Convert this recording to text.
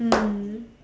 mm